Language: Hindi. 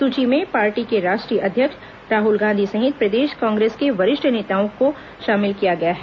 सूची में पार्टी के राष्ट्रीय अध्यक्ष राहुल गांधी सहित प्रदेश कांग्रेस के वरिष्ठ नेताओं को शामिल किया गया है